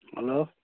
hello